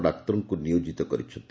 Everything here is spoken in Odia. ଡାକ୍ତରଙ୍କ ନିୟୋକିତ କରିଛନ୍ତି